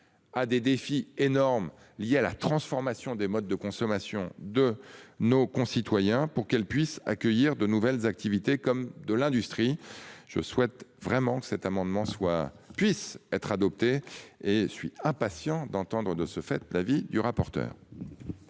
À des défis énormes liés à la transformation des modes de consommation de nos concitoyens pour qu'elles puissent accueillir de nouvelles activités comme de l'industrie. Je souhaite vraiment que cet amendement soit puisse être adopté et suis impatient d'entendre et de ce fait l'avis du rapporteur.